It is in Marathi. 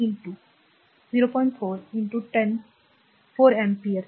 4 10 4 अँपिअर आहे